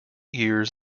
years